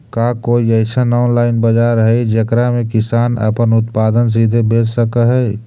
का कोई अइसन ऑनलाइन बाजार हई जेकरा में किसान अपन उत्पादन सीधे बेच सक हई?